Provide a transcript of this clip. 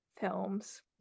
films